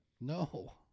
No